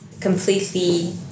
completely